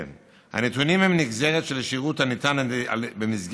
הנתונים הם נגזרת של שירות הניתן במסגרת